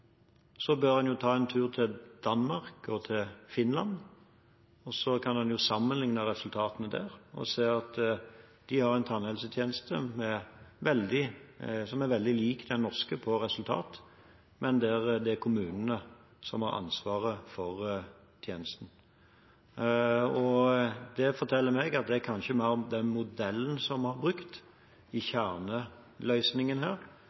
en ta en tur til Danmark og til Finland. Så kunne en sammenligne resultatene der og se at de har en tannhelsetjeneste som er veldig lik den norske når det gjelder resultater, men der det er kommunene som har ansvaret for tjenesten. Det forteller meg at det er kanskje mer at den modellen som vi har brukt i kjerneløsningen her